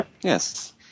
Yes